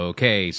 Okay